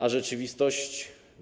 A rzeczywistość?